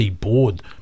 board